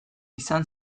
izan